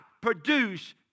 produce